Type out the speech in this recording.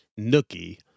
Nookie